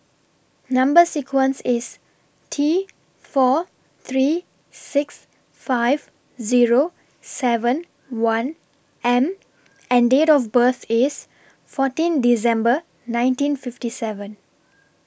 Number sequence IS T four three six five Zero seven one M and Date of birth IS fourteen December nineteen fifty seven